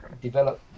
develop